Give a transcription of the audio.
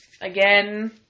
again